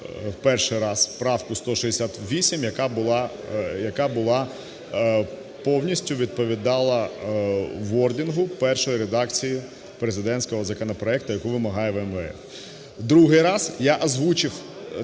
перший раз правку 168, яка була, повністю відповідала wording першої редакції президентського законопроекту, яку вимагає МВФ. Другий раз я озвучив